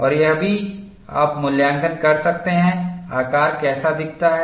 और यह भी आप मूल्यांकन कर सकते हैं आकार कैसा दिखता है